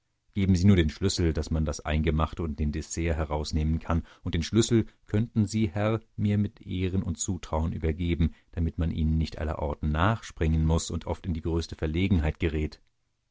geben sie nur den schlüssel daß man das eingemachte und das dessert herausnehmen kann und den schlüssel könnten sie herr mir mit ehren und zutrauen übergeben damit man ihnen nicht allerorten nachspringen muß und oft in die größte verlegenheit gerät